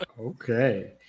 Okay